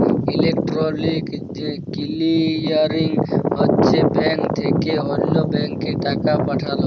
electronic clearing হছে bank থ্যাকে অল্য ব্যাংকে টাকা পাঠাল